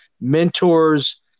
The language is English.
mentors